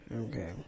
Okay